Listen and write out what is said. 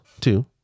two